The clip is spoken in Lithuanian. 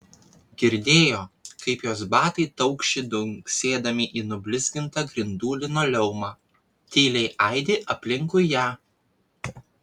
girdėjo kaip jos batai taukši dunksėdami į nublizgintą grindų linoleumą tyliai aidi aplinkui ją